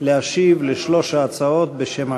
להשיב על שלוש ההצעות בשם הממשלה.